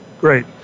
Great